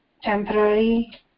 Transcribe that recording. temporary